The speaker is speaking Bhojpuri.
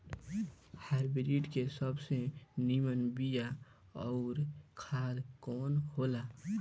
हाइब्रिड के सबसे नीमन बीया अउर खाद कवन हो ला?